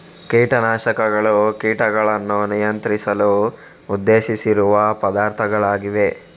ಕೀಟ ನಾಶಕಗಳು ಕೀಟಗಳನ್ನು ನಿಯಂತ್ರಿಸಲು ಉದ್ದೇಶಿಸಿರುವ ಪದಾರ್ಥಗಳಾಗಿವೆ